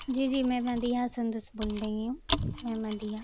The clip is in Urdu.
جی جی میں مدیحہ سندس بول رہی ہوں میں مدیحہ